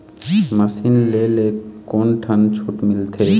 Machine ले ले कोन ठन छूट मिलथे?